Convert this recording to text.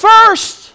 First